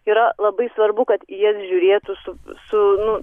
yra labai svarbu kad į jas žiūrėtų su su nu